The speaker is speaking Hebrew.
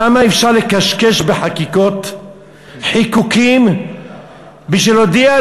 כמה אפשר לקשקש בחקיקות וחיקוקים בשביל להודיע,